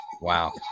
Wow